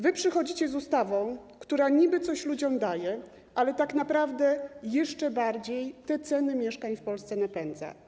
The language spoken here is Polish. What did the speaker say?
Wy przychodzicie z ustawą, która niby coś ludziom daje, ale tak naprawdę jeszcze bardziej te ceny mieszkań w Polsce napędza.